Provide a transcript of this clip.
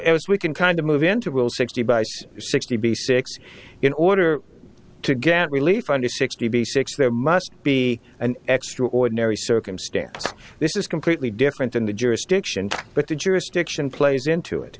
and we can kind of move into sixty by six sixty six in order to get relief under sixty six there must be an extraordinary circumstance this is completely different in the jurisdiction but the jurisdiction plays into it